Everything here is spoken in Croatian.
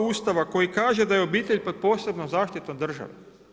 Ustava koji kaže da je obitelj pod posebnom zaštitom države?